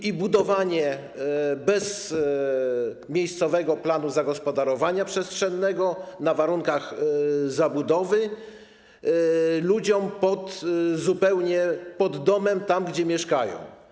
I budowało się bez miejscowego planu zagospodarowania przestrzennego, na warunkach zabudowy, ludziom zupełnie pod domem, tam gdzie mieszkają.